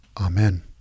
Amen